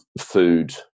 food